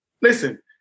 Listen